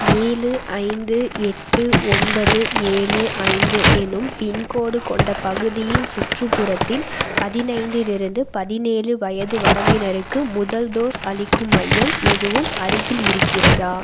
ஏழு ஐந்து எட்டு ஒன்பது ஏழு ஐந்து என்னும் பின்கோடு கொண்ட பகுதியின் சுற்றுப்புறத்தில் பதினைந்திலேருந்து பதினேழு வயது வரம்பினருக்கு முதல் டோஸ் அளிக்கும் மையம் எதுவும் அருகில் இருக்கிறதா